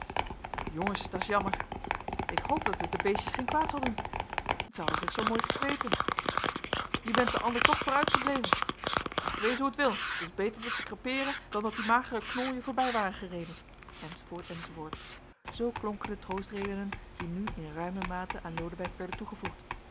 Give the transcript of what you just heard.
jongen dat is jammer ik hoop dat het den beestjes geen kwaad zal doen zij hadden zich zoo mooi gekweten je bent den ander toch vooruitgebleven t mag wezen hoe t wil t is beter dat ze crepeeren dan dat die magere knol je voorbij ware gereden enz enz zoo klonken de troostredenen die nu in ruime mate aan lodewijk werden toegevoegd